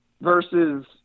versus